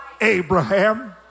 Abraham